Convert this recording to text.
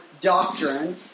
doctrine